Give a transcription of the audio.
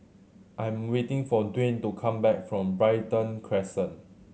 I'm waiting for Dwayne to come back from Brighton Crescent